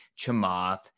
Chamath